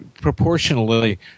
Proportionally